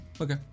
Okay